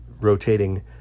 rotating